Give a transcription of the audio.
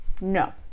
no